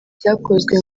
cyakozwe